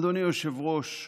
אדוני היושב-ראש,